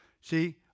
See